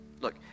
Look